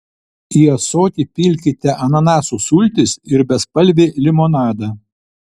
į ąsotį pilkite ananasų sultis ir bespalvį limonadą